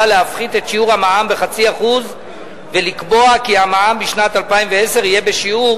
להפחית את שיעור המע"מ ב-0.5% ולקבוע כי המע"מ בשנת 2010 יהיה בשיעור